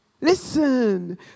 Listen